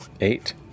Eight